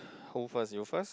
who first you first